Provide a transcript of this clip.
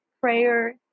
prayer